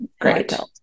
Great